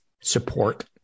support